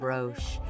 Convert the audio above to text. Roche